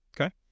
Okay